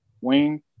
wing